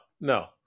no